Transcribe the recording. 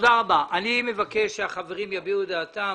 אני מבקש שהחברים יביעו את דעתם.